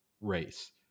race